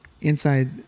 inside